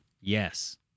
Yes